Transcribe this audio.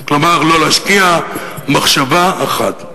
כלומר לא להשקיע מחשבה אחת.